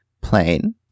plane